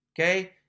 Okay